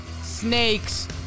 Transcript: Snakes